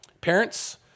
Parents